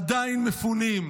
עדיין מפונים,